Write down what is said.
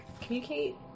communicate